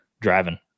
driving